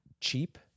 cheap